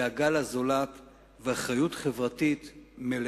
דאגה לזולת ואחריות חברתית מלאה.